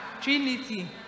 Trinity